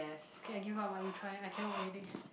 okay I give up ah you try I cannot already